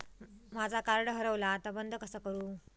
माझा कार्ड हरवला आता बंद कसा करू?